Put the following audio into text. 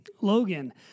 Logan